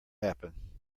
happen